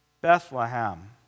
Bethlehem